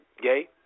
gay